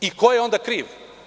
I ko je onda kriv?